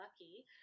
lucky